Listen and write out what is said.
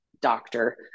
doctor